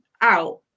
out